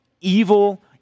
evil